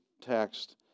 text